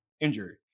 injury